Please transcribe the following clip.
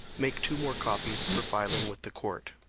make two more copies for filing with the court.